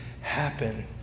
happen